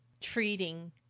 treating